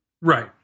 Right